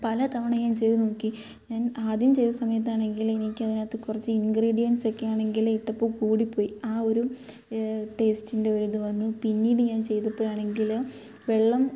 പലതവണ ഞാൻ ചെയ്ത് നോക്കി ഞാൻ ആദ്യം ചെയ്ത സമയത്താണെങ്കിൽ എനിക്കതിനകത്ത് കുറച്ച് ഇൻഗ്രീഡിയൻസൊക്കെയാണെങ്കിൽ ഇട്ടപ്പോൾ കൂടി പോയി ആ ഒരു ടേസ്റ്റിന്റെ ഒരു ഇത് വന്നു പിന്നീട് ഞാൻ ചെയ്തപ്പൊഴാണെങ്കിൽ വെള്ളം